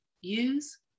use